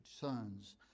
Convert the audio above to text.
sons